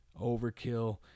overkill